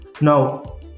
Now